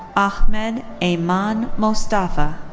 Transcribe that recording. ah ahmed ayman mostafa.